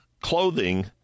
clothing